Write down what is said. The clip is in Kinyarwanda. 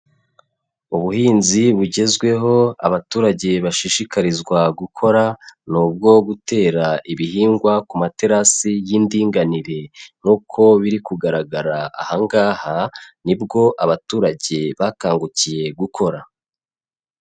Ubuhinzi bugezweho abaturage bashishikarizwa gukora ni ubwo gutera ibihingwa ku materasi y'indinganire, n'uko biri kugaragara ahangaha nibwo abaturage bakangukiye gukora